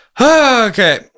Okay